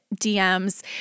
DMs